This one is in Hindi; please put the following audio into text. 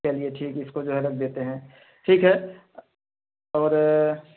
चलिए ठीक इसको जो है रख देते हैं ठीक है और